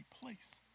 place